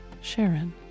Sharon